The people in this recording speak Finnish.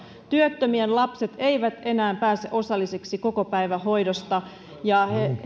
työttömien lapset eivät enää pääse osallisiksi kokopäivähoidosta ja